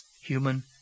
human